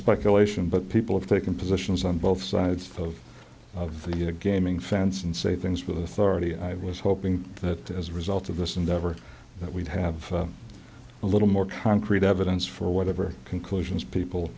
speculation but people have taken positions on both sides of the gaming fence and say things with authority i was hoping that as a result of this endeavor that we'd have a little more concrete evidence for whatever conclusions people